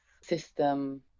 system